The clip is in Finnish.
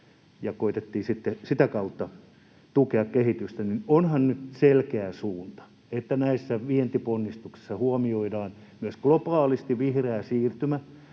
ja koetettiin sitten sitä kautta tukea kehitystä — että näissä vientiponnistuksissa huomioidaan myös globaalisti vihreä siirtymä